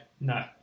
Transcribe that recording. no